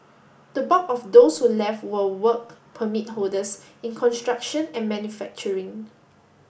the bulk of those who left were Work Permit holders in construction and manufacturing